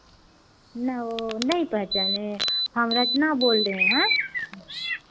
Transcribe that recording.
ना ओ नही पहचाने हम रचना बोल रहे हैं